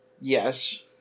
Yes